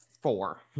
Four